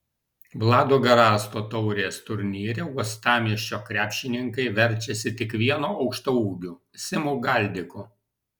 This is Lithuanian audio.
vlado garasto taurės turnyre uostamiesčio krepšininkai verčiasi tik vienu aukštaūgiu simu galdiku